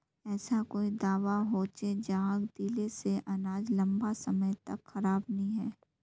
ऐसा कोई दाबा होचे जहाक दिले से अनाज लंबा समय तक खराब नी है?